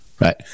right